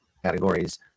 Categories